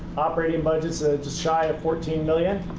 operating budget is ah just shy of fourteen million